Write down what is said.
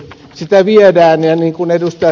sitä viedään ja niin kuin ed